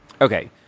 Okay